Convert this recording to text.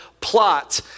plot